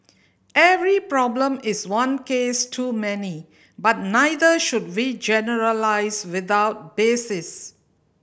every problem is one case too many but neither should we generalise without basis